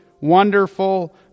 wonderful